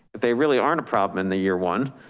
if they really aren't a problem in the year one,